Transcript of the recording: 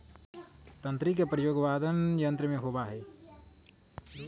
तंत्री के प्रयोग वादन यंत्र में होबा हई